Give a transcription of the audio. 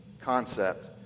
concept